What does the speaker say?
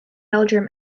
belgium